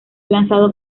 lanzado